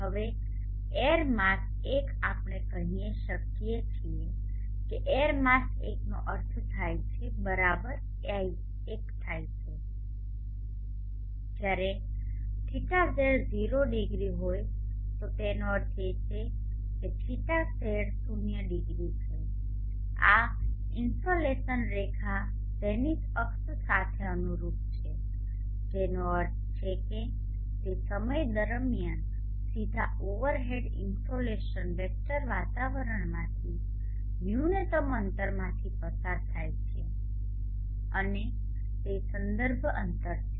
હવે air mass 1 આપણે કહી શકીએ કે એર માસ 1 નો અર્થ થાય છે l બરાબર 1 થાય છે જ્યારે θz 0 ડિગ્રી હોય છે તેનો અર્થ એ છે કે θz શૂન્ય ડિગ્રી છે આ ઇન્સોલેસન રેખા ઝેનિથ અક્ષ સાથે અનુરૂપ છે જેનો અર્થ છે કે તે છે તે સમય દરમિયાન સીધા ઓવરહેડ ઇનસોલેશન વેક્ટર વાતાવરણમાંથી ન્યૂનતમ અંતરમાંથી પસાર થાય છે અને તે સંદર્ભ અંતર છે